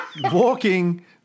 Walking